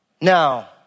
Now